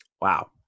Wow